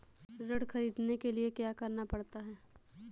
ऋण ख़रीदने के लिए क्या करना पड़ता है?